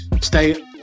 Stay